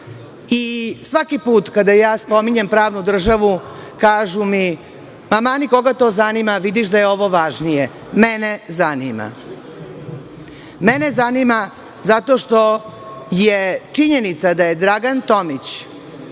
kazne. Svaki put kada spominjem pravnu državu, kažu mi – mani, koga to zanima, vidiš da je ovo važnije. Mene zanima. Mene zanima zato što je činjenica da je Dragan Tomić,